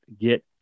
get